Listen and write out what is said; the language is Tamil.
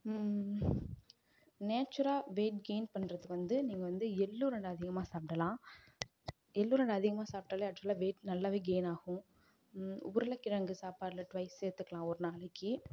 நேச்சுராக வெயிட் கெயின் பண்ணுறத்துக்கு வந்து நீங்கள் வந்து எள் உருண்டை அதிகமாக சாப்பிடலாம் எள் உருண்டை அதிகமாக சாப்பிட்டாலே ஆக்ஷுவலாக வெயிட் நல்லாவே கெயின் ஆகும் உருளைக்கிழங்கு சாப்பாட்டில் டுவைஸ் சேர்த்துக்கலாம் ஒரு நாளைக்கு